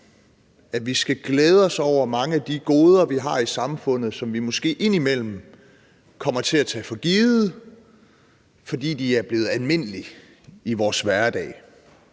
at vi skal glæde os over mange af de goder, vi har i samfundet, og som vi måske indimellem kommer til at tage for givet, fordi de er blevet almindelige i vores hverdag.